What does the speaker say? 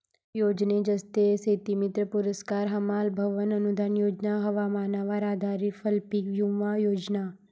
योजने जसे शेतीमित्र पुरस्कार, हमाल भवन अनूदान योजना, हवामानावर आधारित फळपीक विमा योजना